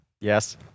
Yes